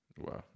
wow